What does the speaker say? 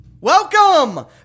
Welcome